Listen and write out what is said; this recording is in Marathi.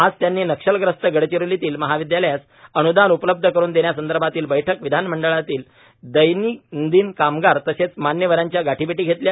आज त्यांनी नक्षलग्रस्त गडचिरोलीतील महाविद्यालयास अन्दान उपलब्ध करून देण्यासंदर्भातील बैठक विधानमंडळातील दैनंदिन कामकाज तसेच मान्यवरांच्या गाठीभेटी घेतल्या